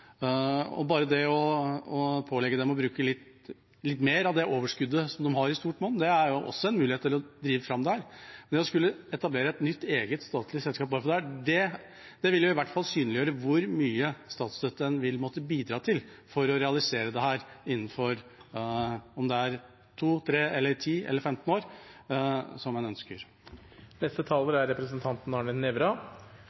overskudd. Bare det å pålegge dem å bruke litt mer av det overskuddet, som de har i stort monn, er også en mulighet for å drive fram dette. Men det å skulle etablere et nytt statlig selskap bare for dette ville i hvert fall synliggjøre hvor mye statsstøtte en vil måtte bidra med for å realisere dette innen to, tre, ti eller femten år – eller hva en ønsker.